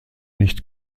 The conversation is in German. nicht